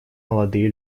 молодые